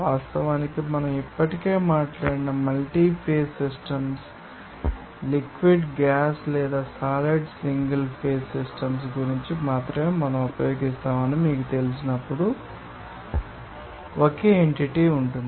వాస్తవానికి మనం ఇప్పటికే మాట్లాడిన multi phase systems liquid gas లేదా సాలిడ్ సింగల్ ఫేజ్ సిస్టమ్స్ గురించి మాత్రమే మనం ఉపయోగిస్తున్నామని మీకు తెలిసినప్పుడు ఒకే ఎన్టీటీటీ ఉంటుంది